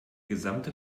gesamte